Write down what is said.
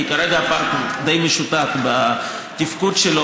כי כרגע הפארק די משותק בתפקוד שלו.